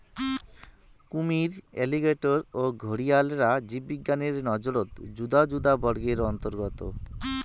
কুমীর, অ্যালিগেটর ও ঘরিয়ালরা জীববিজ্ঞানের নজরত যুদা যুদা বর্গের অন্তর্গত